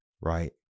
right